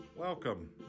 Welcome